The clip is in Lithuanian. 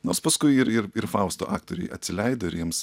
nors paskui ir ir ir fausto aktoriai atsileido ir jiems